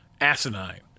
asinine